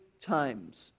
times